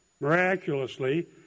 miraculously